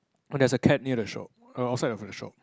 and there's a cat near the shop err outside of the shop